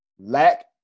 lack